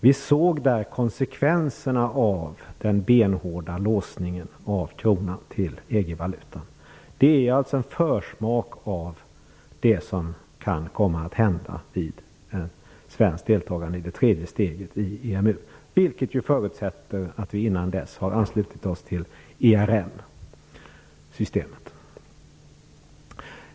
Vi såg då konsekvenserna av den benhårda låsningen av kronan till EG-valutan. Det ger en försmak av det som kan komma att hända vid ett svenskt deltagande i det tredje steget i EMU, vilket förutsätter att vi innan dess har anslutit oss till ERM-systemet.